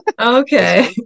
Okay